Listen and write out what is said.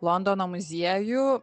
londono muziejų